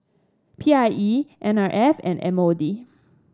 P I E N R F and M O D